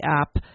app